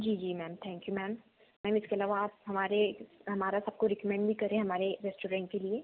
जी जी ma'am thank you ma'am ma'am इसके अलावा आप हमारे हमारा सब को रिकमेंड भी करें हमारे रेस्टोरेंट के लिए